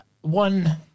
One